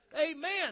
Amen